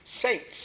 saints